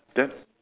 then